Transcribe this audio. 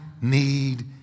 need